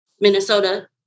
Minnesota